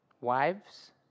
wives